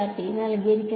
വിദ്യാർത്ഥി